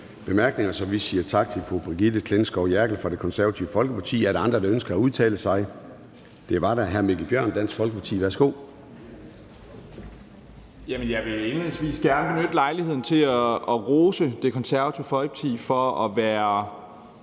bemærkninger, så vi siger tak til fru Brigitte Klintskov Jerkel fra Det Konservative Folkeparti. Er der andre, der ønsker at udtale sig? Det er der. Hr. Mikkel Bjørn, Dansk Folkeparti. Værsgo. Kl. 09:30 (Ordfører) Mikkel Bjørn (DF): Jeg vil indledningsvis gerne benytte lejligheden til at rose Det Konservative Folkeparti for at være